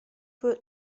für